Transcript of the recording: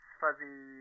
fuzzy